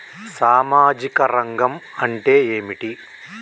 సామాజిక రంగం అంటే ఏమిటి?